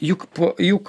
juk po juk